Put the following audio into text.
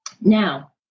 Now